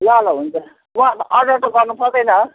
ल ल हुन्छ वहाँ अर्डर त गर्नु पर्दैन हँ